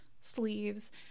sleeves